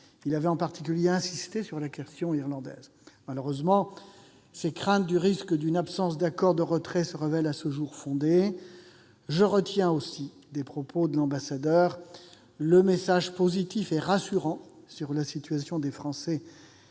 Il avait, en particulier, insisté sur la question irlandaise. Malheureusement, ses craintes d'un risque d'absence d'accord de retrait se révèlent, à ce jour, fondées. Je retiens également des propos de l'ambassadeur un message positif et rassurant sur la situation des Français